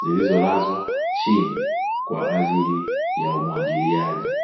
zilizolazwa chini kwa ajili ya umwagiliaji.